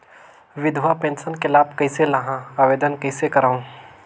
विधवा पेंशन के लाभ कइसे लहां? आवेदन कइसे करव?